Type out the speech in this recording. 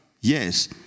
Yes